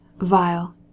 vile